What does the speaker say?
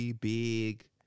big